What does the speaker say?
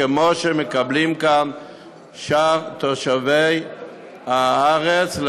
כמו שמקבלים כאן שאר תושבי הארץ,